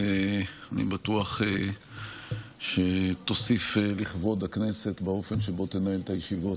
ואני בטוח שתוסיף לכבוד הכנסת באופן שבו תנהל את הישיבות,